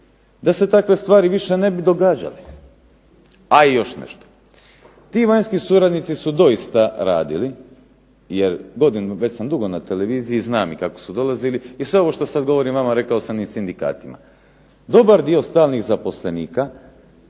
da se takve stvari više ne bi događale. A i još nešto, ti vanjski suradnici su doista radili jer već sam dugo na televiziji, znam i kako su dolazili i sve ovo što sad govorim vama rekao sam i sindikatima. Dobar dio stalnih zaposlenika